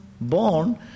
born